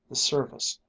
the service,